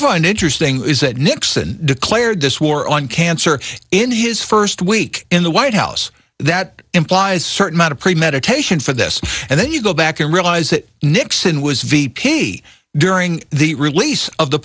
find interesting is that nixon declared this war on cancer in his first week in the white house that implies certain amount of premeditation for this and then you go back and realize that nixon was v p during the release of the